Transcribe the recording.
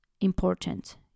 important